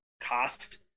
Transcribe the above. cost